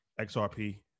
XRP